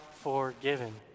forgiven